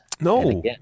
no